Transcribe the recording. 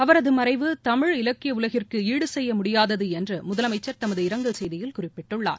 அவரது மறைவு தமிழ் இலக்கிய உலகிற்கு ஈடுசெய்ய முடியாதது என்று முதலமைச்சர் தமது இரங்கல் செய்தியில் குறிப்பிட்டுள்ளார்